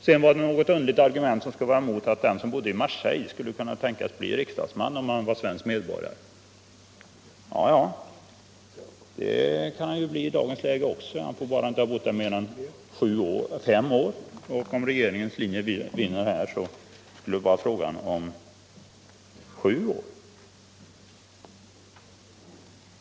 Sedan var det ett underligt argument om att en person som bodde i Marseille skulle kunna bli riksdagsman, om han var svensk medborgare. Ja, det kan han ju bli i dagens läge också. Han får bara inte ha bott där mer än fem år, och om regeringens linje vinner skulle det vara fråga om sju år.